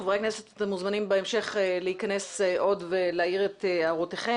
חברי הכנסת אתם מוזמנים בהמשך להכנס עוד ולהעיר הערותיכם.